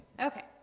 Okay